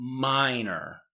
minor